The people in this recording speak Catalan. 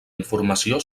informació